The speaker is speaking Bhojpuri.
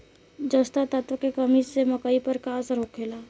जस्ता तत्व के कमी से मकई पर का असर होखेला?